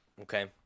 okay